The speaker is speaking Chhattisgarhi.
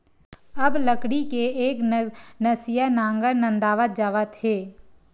अब लकड़ी के एकनसिया नांगर नंदावत जावत हे